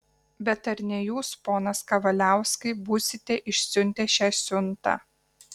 bet ar ne jūs ponas kavaliauskai būsite išsiuntę šią siuntą